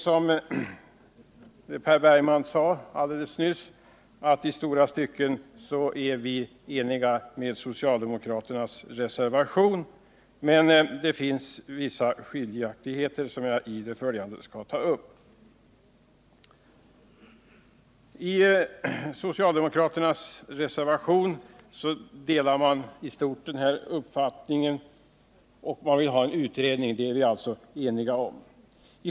Som Per Bergman sade alldeles nyss är vi i stora stycken eniga med socialdemokraterna, men det finns vissa skiljaktigheter mellan deras reservation och vår skrivning, som jag i det följande skall ta upp. I socialdemokraternas reservation delar man i stort vår uppfattning, och man vill ha en utredning. Det är vi alltså eniga om.